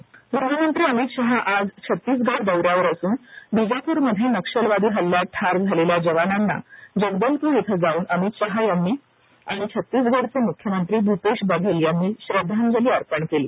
अमित शहा दौरा गृहमंत्री अमित शहा आज छत्तीसगड दौऱ्यावर असून बिजापूरमध्ये नक्षलवादी हल्यात ठार झालेल्या जवानांना जगदलपूर इथं जाऊन अमित शहा आणि छत्तीसगढ चे मुख्यमंत्री भूपेश बघेल यांनी श्रद्धांजली अर्पण केली